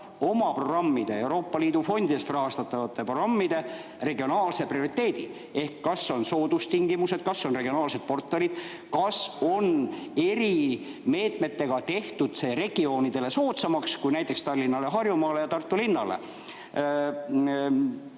oma programmide, Euroopa Liidu fondidest rahastatavate programmide regionaalse prioriteedi. Ehk kas on soodustingimused, kas on regionaalsed portfellid, kas on eri meetmetega tehtud see regioonidele soodsamaks kui näiteks Tallinnale, Harjumaale ja Tartule.